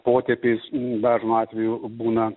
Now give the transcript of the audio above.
potėpiais dažnu atveju būna